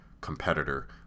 competitor